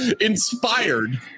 inspired